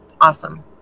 awesome